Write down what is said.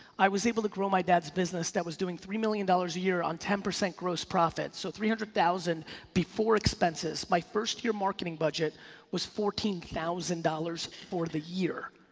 i was able to grow my dad's business that was doing three million dollars a year on ten percent gross profit so three hundred thousand before expenses. my first year marketing budget was fourteen thousand dollars for the year.